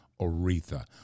Aretha